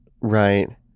Right